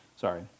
sorry